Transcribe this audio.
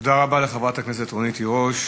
תודה רבה לחברת הכנסת רונית תירוש.